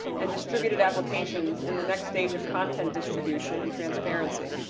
and distributed applications in the next stage of content distribution and transparency?